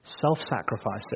self-sacrificing